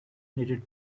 knitted